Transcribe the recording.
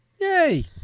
Yay